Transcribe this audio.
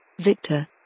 Victor